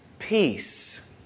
peace